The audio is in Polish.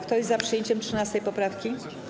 Kto jest za przyjęciem 13. poprawki?